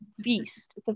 beast